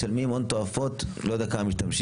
משלמים הון תועפות, לא יודע כמה משתמשים.